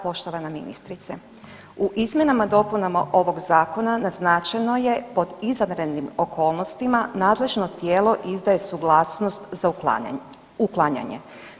Poštovana ministrice, u izmjenama i dopunama ovog zakona naznačeno je pod izvanrednim okolnostima nadležno tijelo izdaje suglasnost za uklanjanje.